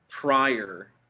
prior